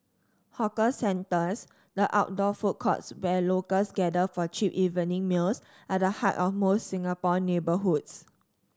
hawker centres the outdoor food courts where locals gather for cheap evening meals are the heart of most Singapore neighbourhoods